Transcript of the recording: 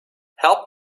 help